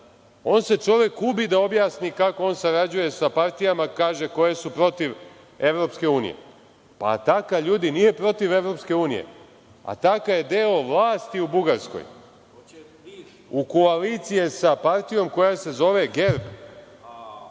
On se čovek ubi da objasni kako on sarađuje sa partijama, kaže, koje su protiv Evropske unije. Ataka, ljudi, nije protiv Evropske unije. Ataka je deo vlasti u Bugarskoj. U koaliciji je sa partijom koja se zove GERB.